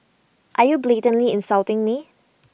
are you blatantly insulting me